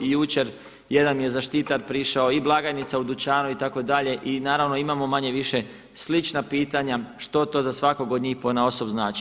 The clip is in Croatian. I jučer, jedan mi je zaštitar prišao, i blagajnica u dućanu itd., i naravno imamo manje-više slična pitanja što to za svakog od njih ponaosob znači.